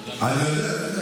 אני יודע,